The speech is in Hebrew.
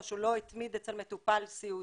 או שהוא לא התמיד אצל מטופל סיעודי.